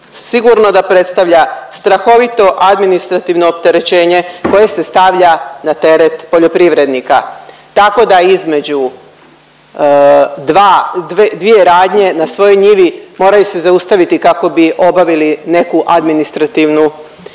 sigurno da predstavlja strahovito administrativno opterećenje koje se stavlja na teret poljoprivrednika, tako da između dva, dvije radnje na svojoj njivi moraju se zaustaviti kako bi obavili neku administrativnu,